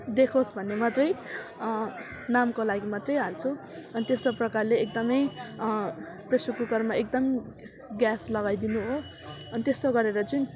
देखोस् भन्ने मात्रै नामको लागि मात्रै हाल्छु अनि त्यस्तो प्रकारले एकदमै प्रेसर कुकरमा एकदम ग्यास लगाइदिनु हो अनि त्यसो गरेर चाहिँ